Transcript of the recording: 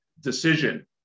decision